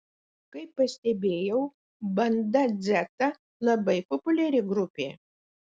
kaip pastebėjau banda dzeta labai populiari grupė